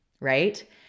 right